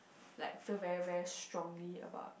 like feel very very strongly about